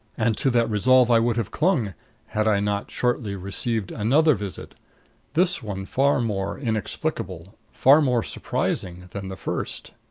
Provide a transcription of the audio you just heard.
and to that resolve i would have clung had i not shortly received another visit this one far more inexplicable, far more surprising, than the first.